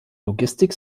logistik